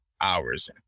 hours